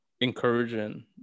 encouraging